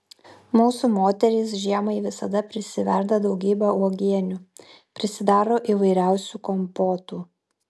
mūsų moterys žiemai visada prisiverda daugybę uogienių prisidaro įvairiausių kompotų